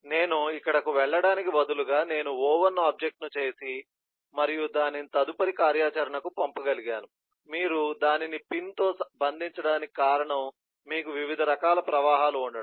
నేను ఇక్కడకు వెళ్ళడానికి బదులుగా నేను O1 ఆబ్జెక్ట్ ను చేసి మరియు దానిని తదుపరి కార్యాచరణకు పంపగలిగాను మీరు దానిని పిన్తో బంధించడానికి కారణం మీకు వివిధ రకాల ప్రవాహాలు ఉండడం